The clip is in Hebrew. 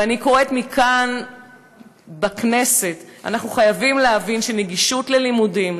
אני קוראת מכאן בכנסת: אנחנו חייבים להבין שנגישות ללימודים,